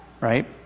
right